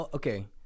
okay